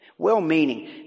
Well-meaning